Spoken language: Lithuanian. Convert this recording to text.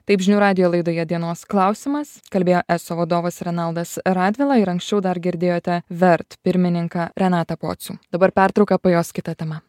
taip žinių radijo laidoje dienos klausimas kalbėjo eso vadovas renaldas radvila ir anksčiau dar girdėjote vert pirmininką renatą pocių dabar pertrauka po jos kita tema